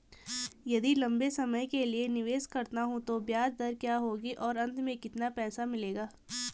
यदि लंबे समय के लिए निवेश करता हूँ तो ब्याज दर क्या होगी और अंत में कितना पैसा मिलेगा?